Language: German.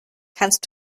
kannst